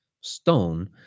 stone